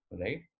right